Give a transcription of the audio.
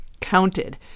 counted